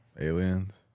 Aliens